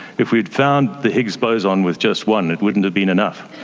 if we'd found the higgs boson with just one it wouldn't have been enough.